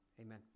Amen